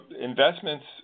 investments